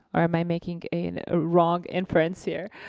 or am i making a and ah wrong inference here?